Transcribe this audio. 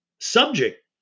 subject